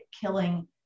killing